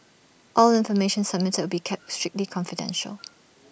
all information submitted will be kept strictly confidential